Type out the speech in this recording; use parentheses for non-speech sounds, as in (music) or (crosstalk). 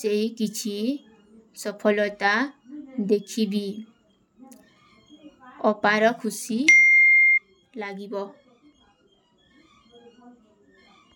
ସେଖିଚୀ ସଫଲତା ଦେଖିବୀ। ଅପାର ଖୁଶୀ (noise) ଲାଗିବା।